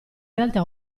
realtà